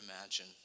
imagine